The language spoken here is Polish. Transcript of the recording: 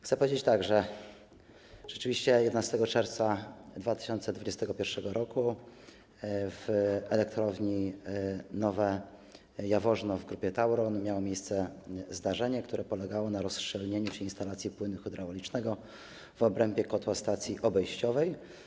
Chcę powiedzieć, że rzeczywiście 11 czerwca 2021 r. w elektrowni Nowe Jaworzno w Grupie Tauron miało miejsce zdarzenie, które polegało na rozszczelnieniu się instalacji płynu hydraulicznego w obrębie kotła stacji obejściowej.